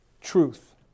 truth